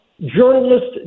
Journalists